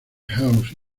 house